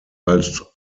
als